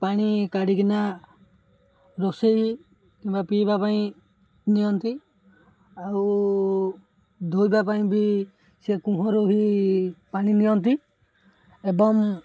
ପାଣି କାଢ଼ିକିନା ରୋଷେଇ କିମ୍ବା ପିଇବା ପାଇଁ ନିଅନ୍ତି ଆଉ ଧୋଇବା ପାଇଁ ବି ସେ କୁଅରୁ ହିଁ ପାଣି ନିଅନ୍ତି ଏବଂ